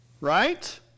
Right